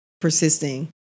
persisting